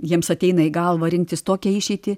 jiems ateina į galvą rinktis tokią išeitį